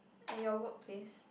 at your work place